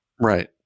Right